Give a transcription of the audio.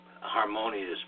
harmonious